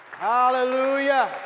Hallelujah